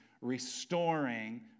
restoring